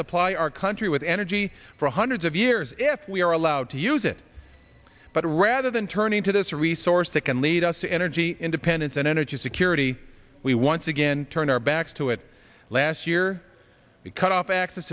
supply our country with energy for hundreds of years if we are allowed to use it but rather than turning to this resource that can lead us to energy independence and energy security we once again turn our backs to it last year we cut off access